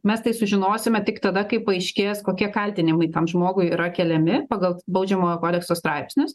mes tai sužinosime tik tada kai paaiškės kokie kaltinimai tam žmogui yra keliami pagal baudžiamojo kodekso straipsnius